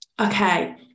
okay